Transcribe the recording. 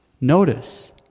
Notice